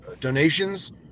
donations